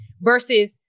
versus